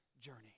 journey